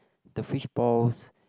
the fishballs